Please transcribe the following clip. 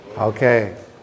Okay